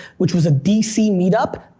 which was a d c. meetup,